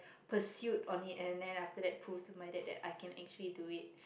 pursued on it and then after that prove to my dad that I can actually do it